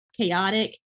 chaotic